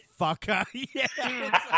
fucker